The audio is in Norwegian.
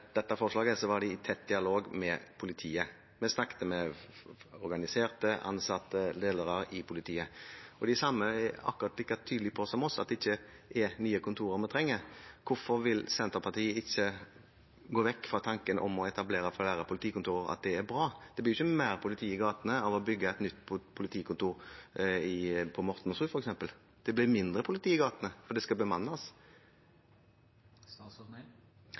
i tett dialog med politiet. Vi snakket med organiserte, ansatte og ledere i politiet. De samme er akkurat like tydelige som oss på at det ikke er nye kontorer de trenger. Hvorfor vil ikke Senterpartiet gå vekk fra tanken om at det er bra å etablere flere politikontorer? Det blir jo ikke mer politi i gatene av å bygge et nytt politikontor på f.eks. Mortensrud. Det blir mindre politi i gatene, for det skal bemannes.